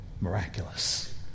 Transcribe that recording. miraculous